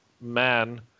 man